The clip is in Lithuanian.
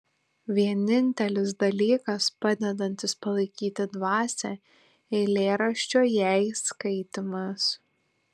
vienintelis dalykas padedantis palaikyti dvasią eilėraščio jei skaitymas